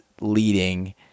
leading